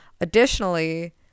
Additionally